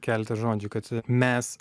keletą žodžių kad mes